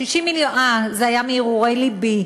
60 מיליון, אה, זה היה מהרהורי לבי.